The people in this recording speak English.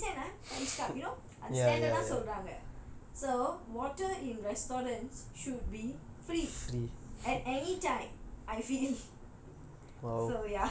for each cup you know அத:atha standard ah சொல்றாங்க:solranga so water in restaurants should be free at any time I feel